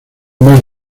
mes